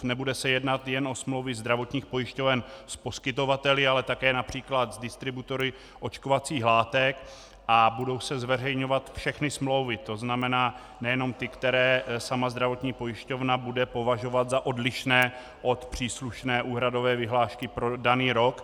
Nebude se jednat jen o smlouvy zdravotních pojišťoven s poskytovateli, ale také například s distributory očkovacích látek a budou se zveřejňovat všechny smlouvy, to znamená nejenom ty, které sama zdravotní pojišťovna bude považovat za odlišné do příslušné úhradové vyhlášky pro daný rok.